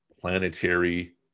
planetary